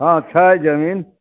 हँ छै जमीन